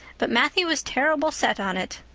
but matthew was terrible set on it.